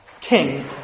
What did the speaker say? king